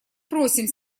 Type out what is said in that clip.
просим